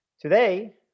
Today